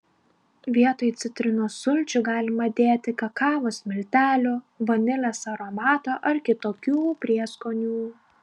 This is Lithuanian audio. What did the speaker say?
vietoj citrinos sulčių galima dėti kakavos miltelių vanilės aromato ar kitokių prieskonių